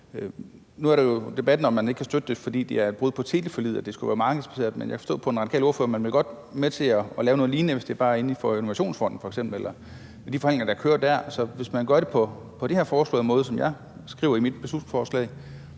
Nu er der jo debatten om, at man ikke kan støtte det, fordi det er et brud på teleforliget; at det skulle være markedsbaseret. Men jeg forstod på den radikale ordfører, at man godt ville være med til at lave noget lignende, hvis det f.eks. bare var inden for Innovationsfonden eller de forhandlinger, der kører dér. Så hvis man gør det på den måde, som jeg skriver i mit beslutningsforslag,